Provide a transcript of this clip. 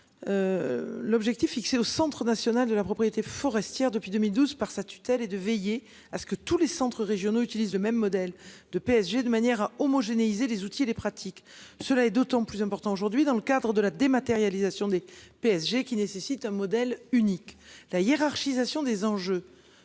L'objet. Fixé au Centre national de la propriété forestière depuis 2012 par sa tutelle et de veiller à ce que tous les centres régionaux utilisent le même modèle de PSG, de manière à homogénéiser les outils et les pratiques. Cela est d'autant plus important aujourd'hui dans le cadre de la dématérialisation des PSG qui nécessite un modèle unique la hiérarchisation des enjeux